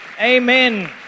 Amen